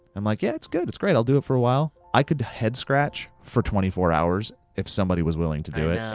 i'm like, yeah it's good, it's great, i'll do it for a while. i could head scratch for twenty four hours if somebody was willing to do it, yeah